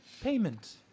payment